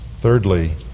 Thirdly